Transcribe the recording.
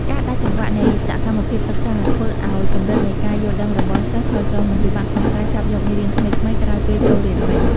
ការដាច់ចង្វាក់នៃសកម្មភាពសិក្សា ធ្វើឱ្យកម្រិតនៃការយល់ដឹងរបស់សិស្សថយចុះ និង ពិបាកក្នុងការចាប់យកមេរៀនថ្មីៗក្រោយពេលចូលរៀនវិញ។